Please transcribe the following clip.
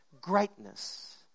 greatness